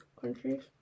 countries